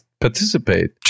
participate